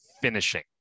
finishing